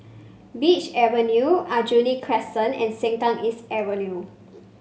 Beach Road Aljunied Crescent and Sengkang East Avenue